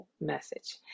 message